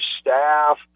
staff